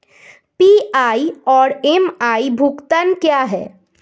PI और MI भुगतान क्या हैं?